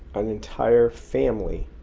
an entire family,